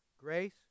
Grace